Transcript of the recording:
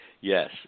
Yes